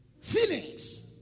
Feelings